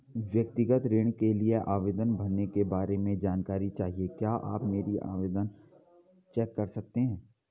व्यक्तिगत ऋण के लिए आवेदन भरने के बारे में जानकारी चाहिए क्या आप मेरा आवेदन चेक कर सकते हैं?